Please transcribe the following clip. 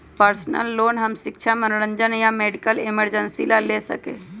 personal loan हम शिक्षा मनोरंजन या मेडिकल इमरजेंसी ला ले सका ही